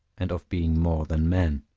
and of being more than man.